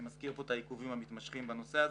אני מזכיר פה את העיכובים המתמשכים בנושא הזה,